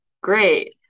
great